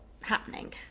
happening